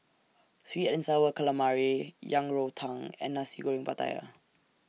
Sweet and Sour Calamari Yang Rou Tang and Nasi Goreng Pattaya